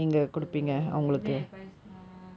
uh என்ன:enna advise